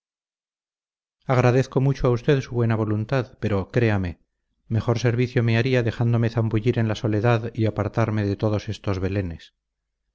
agradezco mucho a usted su buena voluntad pero créame mejor servicio me haría dejándome zambullir en la soledad y apartarme de todos estos belenes